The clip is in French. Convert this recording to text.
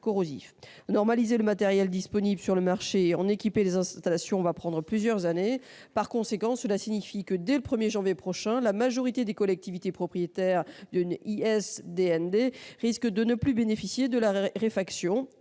Normaliser le matériel disponible sur le marché et en équiper les installations va prendre plusieurs années. Par conséquent, cela signifie que, dès le 1 janvier prochain, la majorité des collectivités propriétaires d'une ISDND, une installation